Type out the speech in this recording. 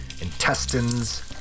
intestines